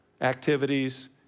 activities